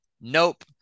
Nope